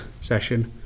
session